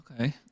Okay